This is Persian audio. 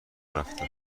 رفتم